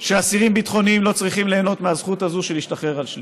שאסירים ביטחוניים לא צריכים ליהנות מהזכות הזאת של להשתחרר על שליש.